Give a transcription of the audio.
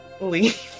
leave